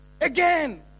again